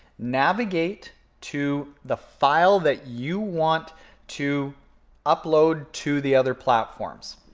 navigate to the file that you want to upload to the other platforms.